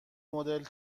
مدل